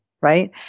Right